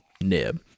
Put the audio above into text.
nib